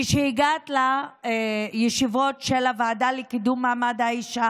שהגעת לישיבות של הוועדה לקידום מעמד האישה